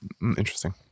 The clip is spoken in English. Interesting